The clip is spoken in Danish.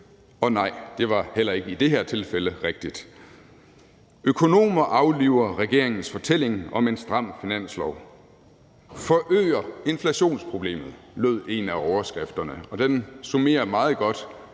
Og nej, det var heller ikke i det her tilfælde rigtigt. »Økonomer afliver regeringens fortælling om en stram finanslov: »Forøger inflationsproblemet««, lød en af overskrifterne, og den summerer meget godt,